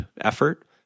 effort